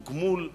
הוא גמול נאות.